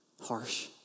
harsh